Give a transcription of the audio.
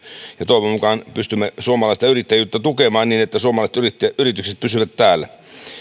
ja toivon mukaan pystymme suomalaista yrittäjyyttä tukemaan niin että suomalaiset yritykset pysyvät täällä